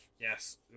Yes